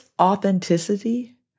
authenticity